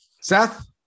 Seth